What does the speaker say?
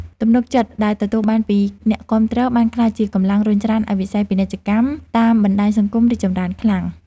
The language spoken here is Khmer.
ទំនុកចិត្តដែលទទួលបានពីអ្នកគាំទ្របានក្លាយជាកម្លាំងរុញច្រានឱ្យវិស័យពាណិជ្ជកម្មតាមបណ្តាញសង្គមរីកចម្រើនខ្លាំង។